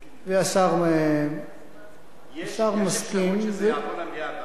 השר מסכים, וזה, יש אפשרות שזה יעבור למליאה הבאה?